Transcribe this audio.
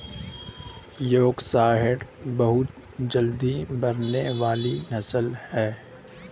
Yorkshire बहुत जल्दी बढ़ने वाली नस्ल है